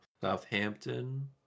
Southampton